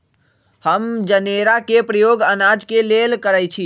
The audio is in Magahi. हम जनेरा के प्रयोग अनाज के लेल करइछि